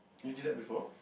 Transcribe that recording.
you did that before